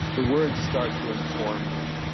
the words start to inform me.